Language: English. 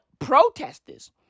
protesters